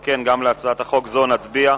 על כן, גם על הצעת חוק זו נצביע,